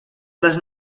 les